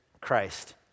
Christ